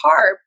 carb